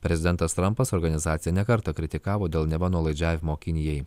prezidentas trampas organizaciją ne kartą kritikavo dėl neva nuolaidžiavimo kinijai